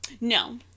No